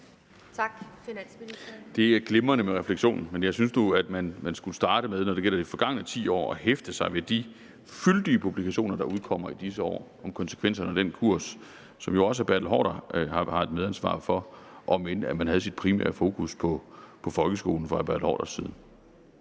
glimrende med refleksion, men jeg synes nu, at man, når det gælder de forgangne 10 år, skulle starte med at hæfte sig ved de fyldige publikationer, der udkommer i disse år, om konsekvenserne af den kurs, som jo også hr. Bertel Haarder har et medansvar for, om end man havde sit primære fokus på folkeskolen fra hr. Bertel Haarders side.